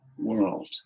World